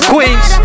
Queens